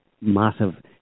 massive